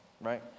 right